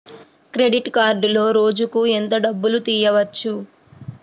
Credit కార్డులో రోజుకు ఎంత డబ్బులు తీయవచ్చు?